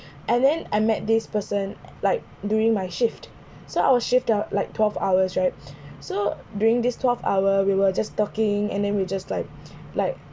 and then I met this person like during my shift so our shift are like twelve hours right so during this twelve hour we were just talking and then we just like like